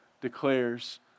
declares